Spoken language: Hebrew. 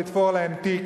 לתפור להם תיק,